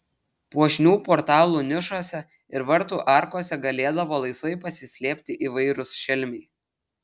puošnių portalų nišose ir vartų arkose galėdavo laisvai pasislėpti įvairūs šelmiai